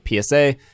PSA